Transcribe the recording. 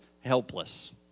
Helpless